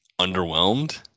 underwhelmed